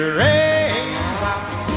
raindrops